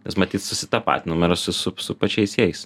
nes matyt susitapatinam ir su su su pačiais jais